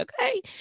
okay